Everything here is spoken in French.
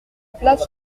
place